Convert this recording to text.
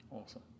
Awesome